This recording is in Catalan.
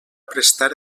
prestar